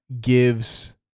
gives